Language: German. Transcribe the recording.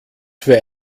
für